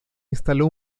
instaló